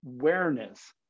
awareness